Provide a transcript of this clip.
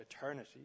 eternity